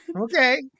Okay